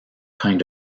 kind